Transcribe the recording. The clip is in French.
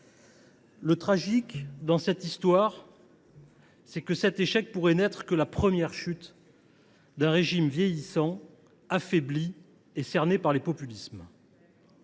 Le tragique dans cette histoire est que cet échec pourrait n’être que la première étape de la chute d’un régime vieillissant, affaibli et cerné par les populismes.